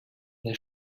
the